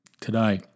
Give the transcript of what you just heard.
today